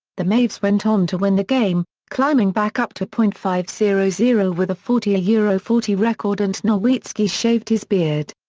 the mavs went on to win the game, climbing back up to point five zero zero with a forty ah yeah forty record and nowitzki shaved his beard.